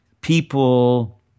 People